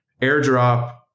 AirDrop